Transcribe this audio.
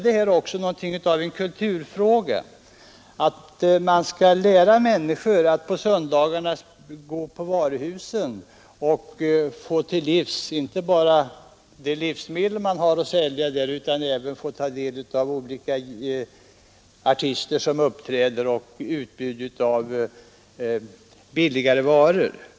Det är faktiskt något av en kulturfråga att människorna nu börjat åka till varuhusen och köpa inte bara de livsmedel som säljs där utan också för att ta del av de artistuppträdanden som förekommer och se på utbudet av billigare varor.